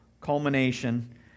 culmination